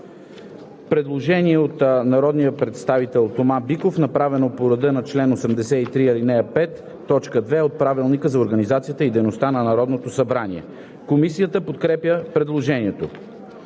предложение от народния представител Тома Биков, направено по реда на чл. 83, ал. 5, т. 2 от Правилника за организацията и дейността на Народното събрание. Комисията подкрепя предложението.